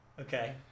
Okay